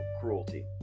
cruelty